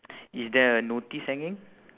is there a notice hanging